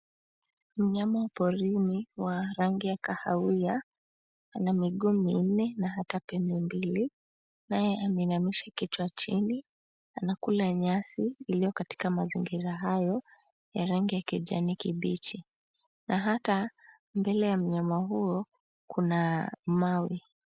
Mnyama porini wa rangi ya kahawia. Ana miguu minne na hata pembe mbili, naye ameinamisha kichwa chini. Anakula nyasi iliyo katika mazingira hayo ya rangi ya kijani kibichi. Na hata, mbele ya mnyama huyo kuna mawe.